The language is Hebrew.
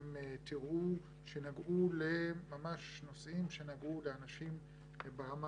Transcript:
אתם תראו שנגעו ממש לנושאים שנגעו לאנשים ברמה